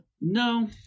No